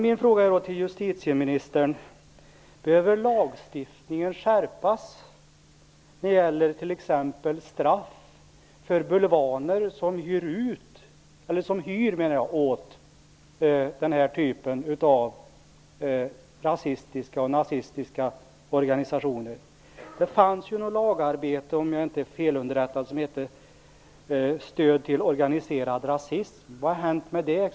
Min fråga till justitieministern är: Behöver lagstiftningen skärpas? Det gäller t.ex. straff för bulvaner som hyr åt den här typen av rasistiska och nazistiska organisationer. Om jag inte är felunderrättad fanns det något lagarbete som hette Stöd till organiserad rasism. Vad har hänt med det?